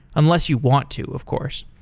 unless you want to, of course.